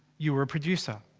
you were a producer.